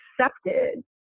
accepted